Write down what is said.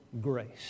grace